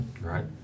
Right